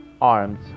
armed